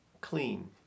clean